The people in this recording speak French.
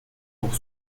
pour